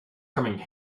coming